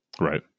Right